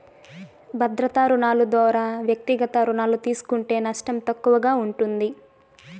భద్రతా రుణాలు దోరా వ్యక్తిగత రుణాలు తీస్కుంటే నష్టం తక్కువగా ఉంటుంది